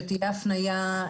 שתהיה הפנייה,